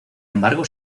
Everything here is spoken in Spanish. embargo